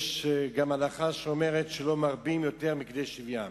יש הלכה שאומרת שלא מרבים יותר מכדי שוויים.